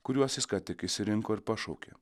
kuriuos jis ką tik išsirinko ir pašaukė